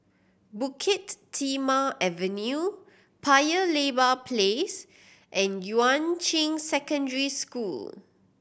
Bukit Timah Avenue Paya Lebar Place and Yuan Ching Secondary School